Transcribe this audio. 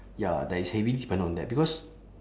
ya that is heavily dependant on that because